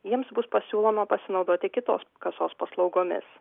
jiems bus pasiūloma pasinaudoti kitos kasos paslaugomis